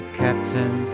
captain